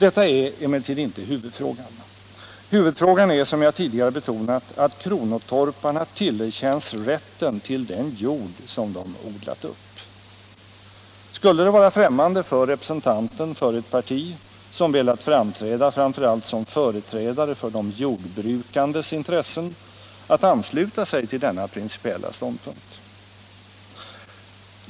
Det är emellertid inte huvudfrågan, utan denna är, som jag tidigare betonat, att kronotorparna tillerkänns rätten till den jord som de odlar upp. Skulle det vara främmande för representanten för ett parti, som framför allt velat framstå som företrädare för de jordbrukandes intressen, att ansluta sig till denna principiella ståndpunkt?